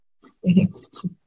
space